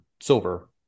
silver